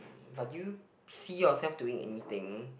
but do you see yourself doing anything